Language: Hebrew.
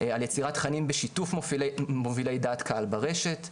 על יצירת תכנים בשיתוף מובילי דעת קהל ברשת,